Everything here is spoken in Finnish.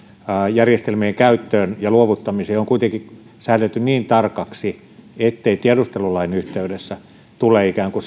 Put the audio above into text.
järjestelmien käyttöön ja luovuttamiseen on kuitenkin säädelty niin tarkoiksi ettei tiedustelulain yhteydessä tule sellaista ikään kuin